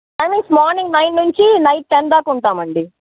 timings morning nine నుంచి night ten దాకా ఉంటామండి